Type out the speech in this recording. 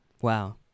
Wow